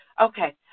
Okay